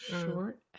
Short